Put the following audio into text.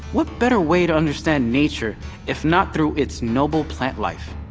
what better way to understand nature if not through its noble plant life?